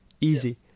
Easy